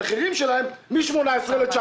המחירים שלי עלו מ-2018 ל-2019.